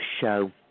show